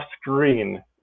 screen